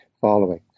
following